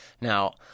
Now